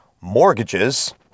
mortgages